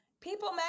People